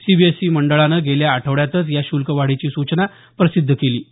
CBSC मंडळाने गेल्या आठवड्यातच या श्ल्क वाढीची सूचना प्रसिद्ध केली आहे